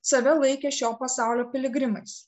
save laikė šio pasaulio piligrimais